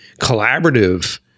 collaborative